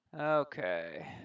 Okay